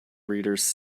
readers